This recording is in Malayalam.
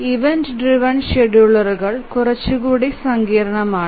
ക്ലോക്ക് ഡ്രൈവ്എൻ ഷെഡ്യൂളറുകൾ കുറച്ചുകൂടി സങ്കീർണ്ണമാണ്